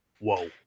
Whoa